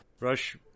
Rush